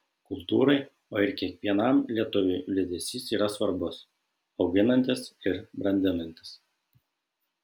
kultūrai o ir kiekvienam lietuviui liūdesys yra svarbus auginantis ir brandinantis